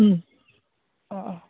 उम अह अह